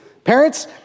Parents